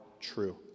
true